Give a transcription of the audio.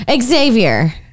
Xavier